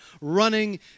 running